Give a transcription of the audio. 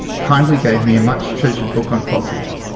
kindly gave me a much treasured book on fossils.